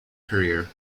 career